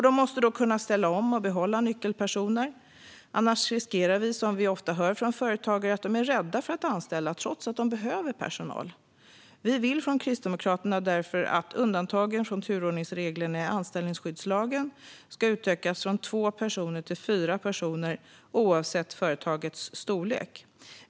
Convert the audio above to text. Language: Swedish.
De måste då kunna ställa om och behålla nyckelpersoner. Annars riskerar vi som vi ofta hör från företagare att de är rädda för att anställa, trots att de behöver personal. Vi vill från Kristdemokraterna därför att undantagen från turordningsreglerna i anställningsskyddslagen ska utökas från två till fyra personer oavsett företagets storlek.